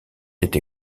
été